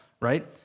right